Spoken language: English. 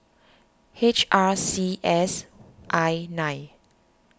H R C S I nine